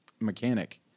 mechanic